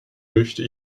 möchte